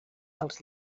dels